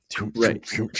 Right